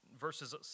verses